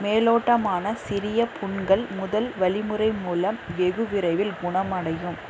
மேலோட்டமான சிறிய புண்கள் முதல் வழிமுறை மூலம் வெகுவிரைவில் குணமடையும்